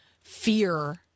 fear